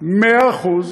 מאה אחוז,